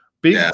big